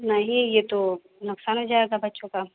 نہیں یہ تو نقصان ہو جائے گا بچوں کا